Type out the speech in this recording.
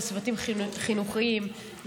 לצוותים החינוכיים,